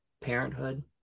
parenthood